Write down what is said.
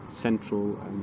central